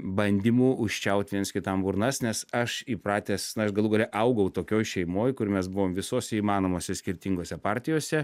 bandymų užčiaut viens kitam burnas nes aš įpratęs galų gale augau tokioj šeimoj kur mes buvom visose įmanomose skirtingose partijose